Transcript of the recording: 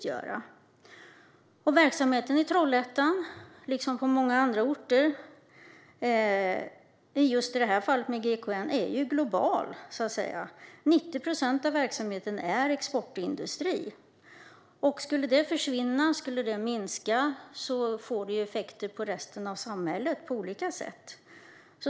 GKN:s verksamhet i Trollhättan, liksom på många andra orter, är global. 90 procent av verksamheten är exportindustri. Skulle den försvinna eller minska i omfång får det effekter på resten av samhället på olika sätt.